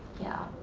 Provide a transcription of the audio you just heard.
yeah.